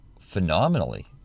phenomenally